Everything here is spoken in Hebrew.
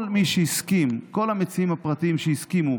כל מי שהסכים, כל המציעים הפרטיים שהסכימו,